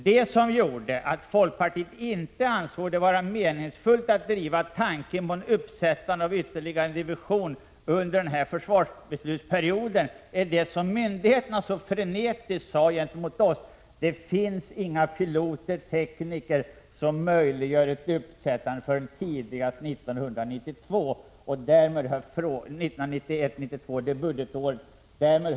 Det som gjorde att folkpartiet inte ansåg att det var meningsfullt att driva tanken på uppsättandet av ytterligare en division under denna försvarsbeslutsperiod var att myndigheterna så tydligt sade till oss: Det finns inte så många piloter och tekniker att det är möjligt att sätta upp en division förrän tidigast budgetåret 1991/92.